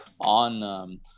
on